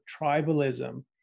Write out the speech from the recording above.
tribalism